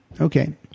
Okay